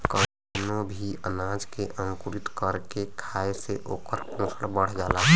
कवनो भी अनाज के अंकुरित कर के खाए से ओकर पोषण बढ़ जाला